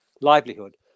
livelihood